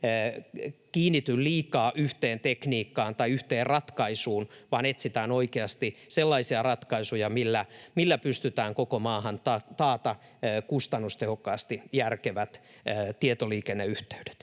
kiinnity liikaa yhteen tekniikkaan tai yhteen ratkaisuun vaan etsitään oikeasti sellaisia ratkaisuja, millä pystytään koko maahan takaamaan kustannustehokkaasti järkevät tietoliikenneyhteydet.